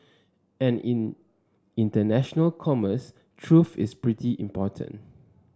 and in international commerce truth is pretty important